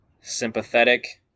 sympathetic